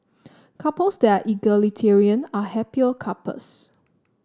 couples that are egalitarian are happier couples